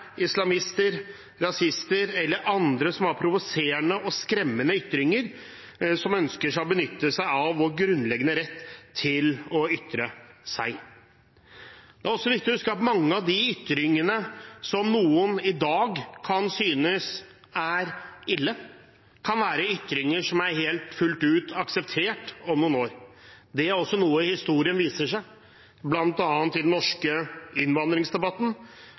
islamister, rasister eller andre som har provoserende og skremmende ytringer, som ønsker å benytte seg av vår grunnleggende rett til å ytre seg. Det er også viktig å huske at mange av de ytringene som noen i dag kan synes er ille, kan være ytringer som er helt og fullt akseptert om noen år. Det er også noe historien viser. Blant annet i den norske innvandringsdebatten